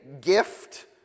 gift